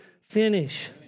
finish